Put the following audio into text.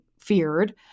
feared